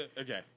okay